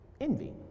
Envy